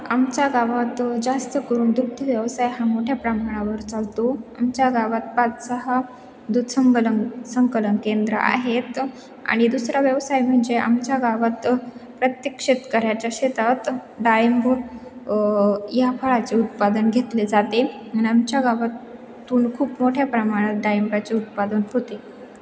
आमच्या गावात जास्त करून दुग्ध व्यवसाय हा मोठ्या प्रमाणावर चालतो आमच्या गावात पाच सहा दुध संकलन संकलन केंद्र आहेत आणि दुसरा व्यवसाय म्हणजे आमच्या गावात प्रत्येक शेतकऱ्याच्या शेतात डाळिंब या फळाचे उत्पादन घेतले जाते आणि आमच्या गावातून खूप मोठ्या प्रमाणात डाळिंबाचे उत्पादन होते